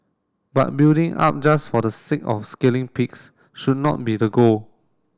but building up just for the sake of scaling peaks should not be the goal